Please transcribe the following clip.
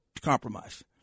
compromise